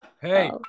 Hey